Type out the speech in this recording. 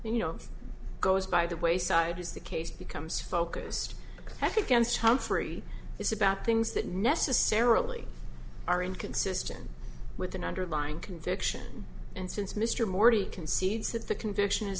you know goes by the wayside as the case becomes focused at against humphrey is about things that necessarily are inconsistent with an underlying conviction and since mr morty concedes that the conviction is